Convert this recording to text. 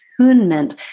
attunement